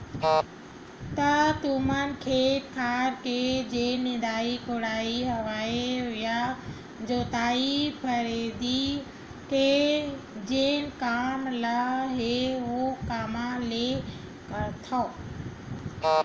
त तुमन खेत खार के जेन निंदई कोड़ई हवय या जोतई फंदई के जेन काम ल हे ओ कामा ले करथव?